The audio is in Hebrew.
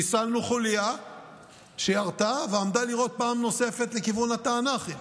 חיסלנו חוליה שירתה ועמדה לירות פעם נוספת לכיוון התענכים.